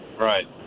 right